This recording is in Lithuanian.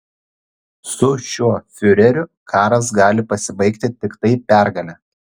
su šiuo fiureriu karas gali pasibaigti tiktai pergale